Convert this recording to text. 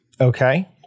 okay